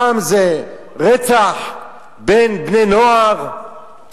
פעם זה רצח בין בני-נוער,